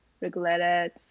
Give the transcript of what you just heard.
regretted